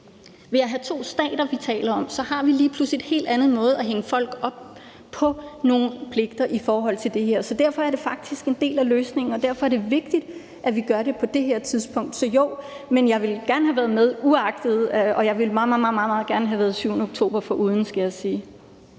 Ved at have to stater, som er det, vi taler om, har vi lige pludselig en hel anden måde at hænge folk op på nogle pligter i forhold til det her på. Derfor er det faktisk en del af løsningen, og derfor er det vigtigt, at vi gør det på det her tidspunkt. Men jeg ville gerne have været med uanset hvad, og jeg ville meget, meget gerne have været 7. oktober foruden, skal jeg sige.